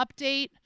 update